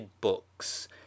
books